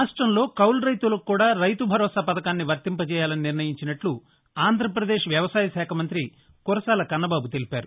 రాష్టంలో కౌలు రైతులకు కూడా రైతు భరోసా పథకాన్ని వర్తింపచేయాలని నిర్ణయించినట్లు ఆంద్రప్రదేశ్ వ్యవసాయ శాఖ మంతి కురసాల కన్నబాబు తెలిపారు